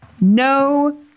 No